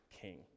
king